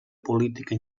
política